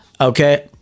okay